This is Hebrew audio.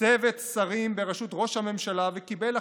צוות שרים בראשות ראש הממשלה וקיבל החלטה,